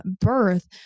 birth